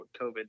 COVID